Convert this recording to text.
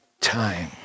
time